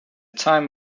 time